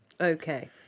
Okay